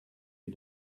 you